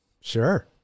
Sure